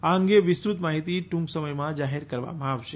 આ અંગે વિસ્તૃત માહિતી ટૂંક સમયમાં જાહેર કરવામાં આવશે